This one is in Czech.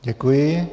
Děkuji.